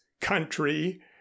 country